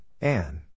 Anne